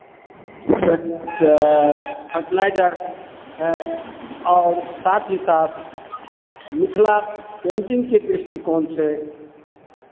पेट fertilizer है और साथ ही साथ मिथिला पेंटिंग के दृष्टिकोण से